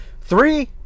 Three